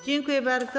Dziękuję bardzo.